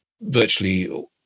virtually